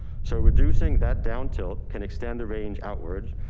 so reducing that down tilt can extend the range outward,